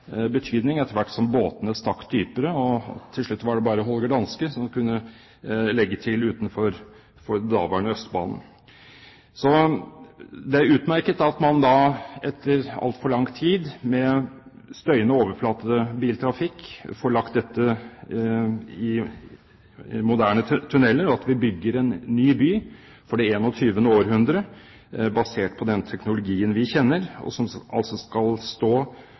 betydning etter hvert som båtene stakk dypere. Til slutt var det bare Holger Danske som kunne legge til utenfor daværende Østbanen. Så det er utmerket at man etter altfor langt tid med støyende overflatebiltrafikk får lagt dette i moderne tunneler, og at vi bygger en ny by for det 21. århundret, basert på den teknologien vi kjenner, og som skal stå